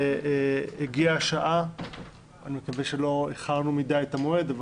הגיעה השעה ואני מקווה שלא איחרנו מדי את המועד,